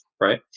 right